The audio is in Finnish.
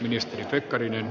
arvoisa puhemies